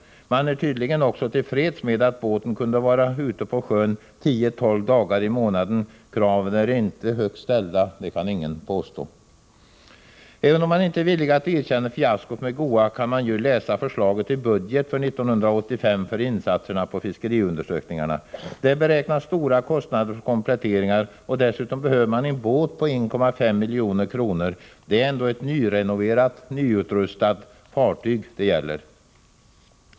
Man är tydligen också till freds med att båten kunnat vara ute på sjön 10-12 dagar i månaden. Kraven är inte högt ställda — det kan ingen påstå. Även om man inte är villig att erkänna fiaskot med GOA kan man ju läsa förslaget till budget för 1985 för insatserna för fiskeriundersökningar. Där beräknas stora kostnader för kompletteringar, och dessutom behöver man en båt på 1,5 milj.kr. Det är ändå ett nyrenoverat, nyutrustat fartyg det gäller.